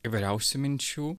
įvairiausių minčių